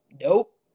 nope